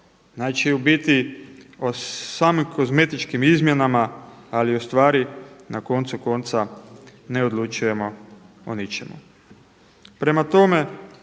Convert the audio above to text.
Znači u biti o samim kozmetičkim izmjenama, ali u stvari na koncu konca ne odlučujemo o ničemu.